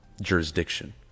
jurisdiction